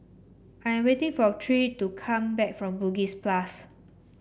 I am waiting for Tyrik to come back from Bugis Plus